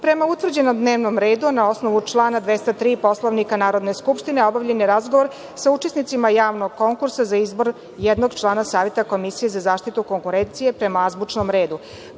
prema utvrđenom dnevnom redu, a na osnovu člana 203. Poslovnika Narodne skupštine, obavljen je razgovor sa učesnicima javnog konkursa za izbor jednog člana Saveta komisije za zaštitu konkurencije prema azbučnom redu.